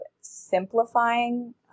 simplifying